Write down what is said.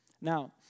Now